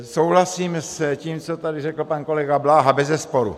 Souhlasím s tím, co tady řekl pan kolega Bláha, bezesporu.